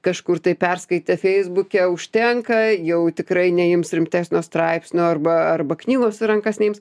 kažkur tai perskaitė feisbuke užtenka jau tikrai neims rimtesnio straipsnio arba arba knygos į rankas neims